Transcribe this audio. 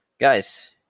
guys